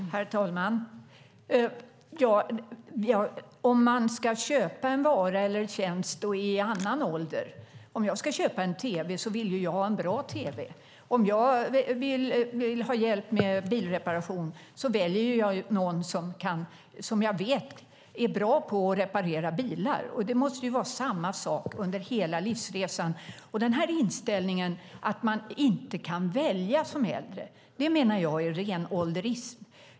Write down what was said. Herr talman! Vi kan se på hur man gör när man ska köpa en vara eller tjänst och är i annan ålder. Om jag ska köpa en tv vill jag ju ha en bra tv. Om jag vill ha hjälp med bilreparation vänder jag mig till någon som jag vet är bra på att reparera bilar. Det måste ju vara samma sak under hela livsresan. Inställningen att man som äldre inte kan välja menar jag är ren ålderism.